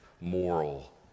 moral